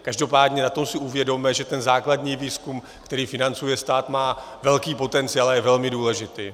Každopádně na tom si uvědomme, že základní výzkum, který financuje stát, má velký potenciál a je velmi důležitý.